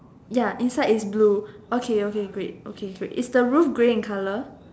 ya inside is blue okay okay great okay great is the roof grey in colour